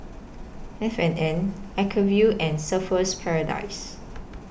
F and N Acuvue and Surfer's Paradise